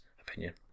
opinion